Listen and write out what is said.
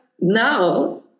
Now